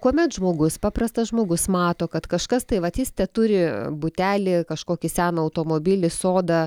kuomet žmogus paprastas žmogus mato kad kažkas tai vat jis teturi butelį kažkokį seną automobilį sodą